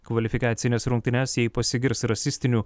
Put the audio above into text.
kvalifikacines rungtynes jei pasigirs rasistinių